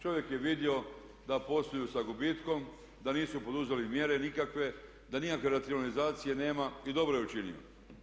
Čovjek je vidio da posluju sa gubitkom, da nisu poduzeli mjere nikakve, da nikakve racionalizacije nema i dobro je učinio.